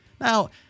Now